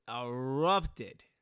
erupted